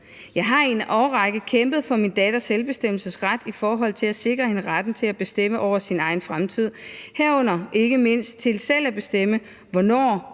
Jeg har i en årrække kæmpet for min datters selvbestemmelsesret i forhold til at sikre hende retten til at bestemme over sin egen fremtid, herunder ikke mindst til selv at bestemme, hvornår